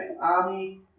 army